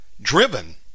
driven